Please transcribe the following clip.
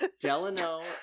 Delano